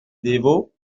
devaux